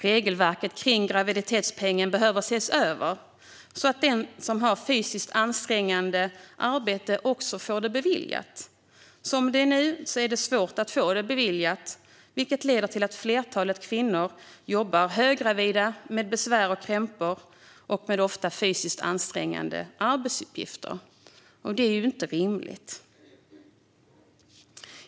Regelverket kring graviditetspengen behöver ses över, så att den som har ett fysiskt ansträngande arbete också får detta beviljat. Som det är nu är det svårt att få det beviljat, vilket leder till att ett flertal kvinnor jobbar höggravida med besvär och krämpor och ofta med fysiskt ansträngande arbetsuppgifter. Det är inte rimligt.